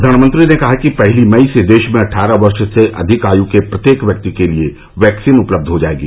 प्रधानमंत्री ने कहा कि पहली मई से देश में अट्ठारह वर्ष से अधिक आयु के प्रत्येक व्यक्ति के लिए वैक्सीन उपलब्ध हो जाएगी